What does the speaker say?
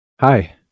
hi